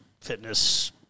fitness